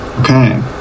okay